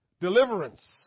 deliverance